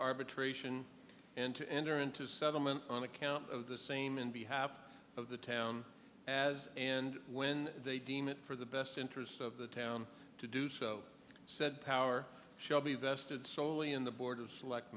arbitration and to enter into settlement on account of the same in behalf of the town as and when they deem it for the best interest of the town to do so said power shall be vested solely in the board